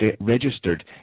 registered